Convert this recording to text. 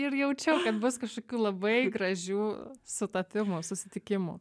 ir jaučiau kad bus kažkokių labai gražių sutapimų susitikimų